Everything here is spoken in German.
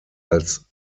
als